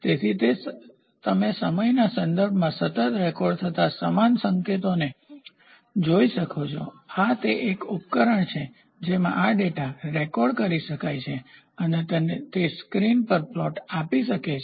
તેથી તમે સમયના સંદર્ભમાં સતત રેકોર્ડ થતા સમાન સંકેતોને જોઈ શકો છો આ તે એક ઉપકરણ છે જેમાં આ ડેટા રેકોર્ડ કરી શકાય છે અને તે સ્ક્રીન પર પ્લોટ આપી શકે છે